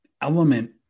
element